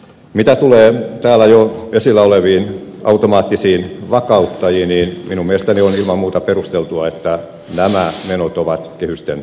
mitä tulee täällä jo esillä oleviin automaattisiin vakauttajiin niin minun mielestäni on ilman muuta perusteltua että nämä menot ovat kehysten ulkopuolella